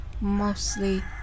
mostly